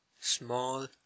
small